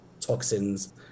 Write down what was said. toxins